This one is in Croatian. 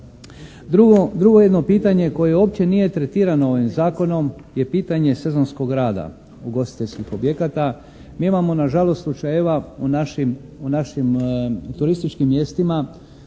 Drugo jedno pitanje koje uopće nije tretirano ovim zakonom je pitanje sezonskog rada ugostiteljskih objekata. Mi imamo nažalost slučajeva u našim turističkim mjestima